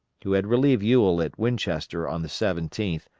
who had relieved ewell at winchester on the seventeenth,